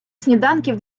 сніданків